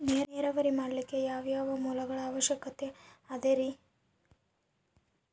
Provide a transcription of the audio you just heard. ನೇರಾವರಿ ಮಾಡಲಿಕ್ಕೆ ಯಾವ್ಯಾವ ಮೂಲಗಳ ಅವಶ್ಯಕ ಅದರಿ?